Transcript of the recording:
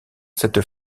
cette